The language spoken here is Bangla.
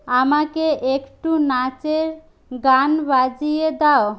আমাকে একটু নাচের গান বাজিয়ে দাও